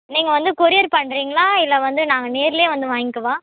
நீங்கள் வந்து கொரியர் பண்ணுறீங்களா இல்லை வந்து நாங்கள் நேர்லேயே வந்து வாங்கவா